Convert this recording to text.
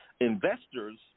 Investors